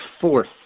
fourth